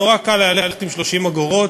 נורא קל ללכת עם 30 אגורות,